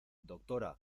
doctora